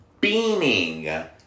beaming